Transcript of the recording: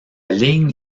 ligne